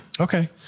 okay